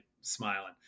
smiling